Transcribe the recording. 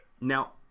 Now